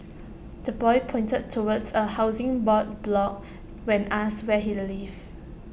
the boy pointed towards A Housing Board block when asked where he lived